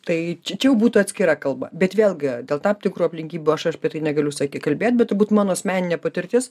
tai čia jau būtų atskira kalba bet vėlgi dėl tam tikrų aplinkybių aš aš apie tai negaliu sakyti kalbėti bet turbūt mano asmeninė patirtis